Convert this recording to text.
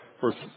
first